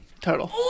total